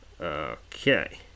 Okay